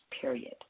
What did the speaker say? period